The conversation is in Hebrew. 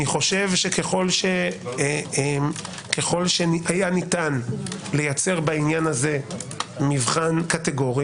אני חושב שככל שהיה ניתן לייצר בעניין הזה מבחן קטגורי,